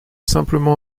simplement